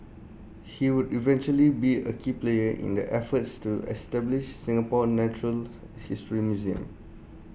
he would eventually be A key player in the efforts to establish Singapore's natural history museum